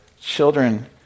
children